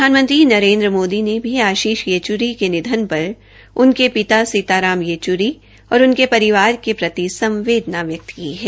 प्रधानमंत्री नरेन्द्र मोदी ने आशीष येच्री के निधन पर उनके पिता सीताराम येच्री और उनके परिवार के प्रति संवदेना व्यक्त की है